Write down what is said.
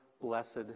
blessed